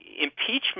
impeachment